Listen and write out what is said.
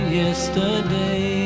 yesterday